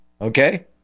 Okay